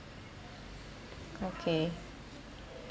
okay